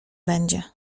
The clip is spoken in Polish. będzie